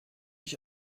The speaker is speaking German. ich